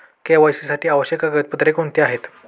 KYC साठी आवश्यक कागदपत्रे कोणती आहेत?